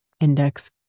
index